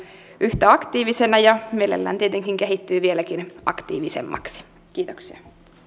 yhtä aktiivisena ja mielellään tietenkin kehittyy vieläkin aktiivisemmaksi kiitoksia